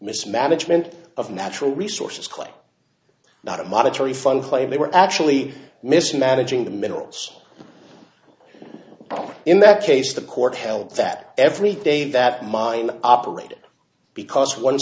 mismanagement of natural resources quite not a monetary fund claim they were actually mismanaging the minerals in that case the court held that every day that mine operated because one